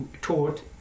taught